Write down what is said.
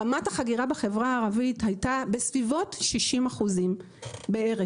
רמת החגירה בחברה הערבית הייתה בסביבות 60% בערך.